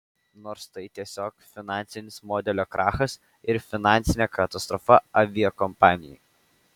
nors tai tiesiog finansinis modelio krachas ir finansinė katastrofa aviakompanijai